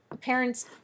parents